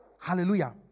Hallelujah